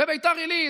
בביתר עילית,